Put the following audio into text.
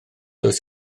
oes